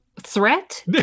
threat